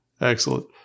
excellent